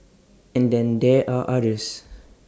and then there are others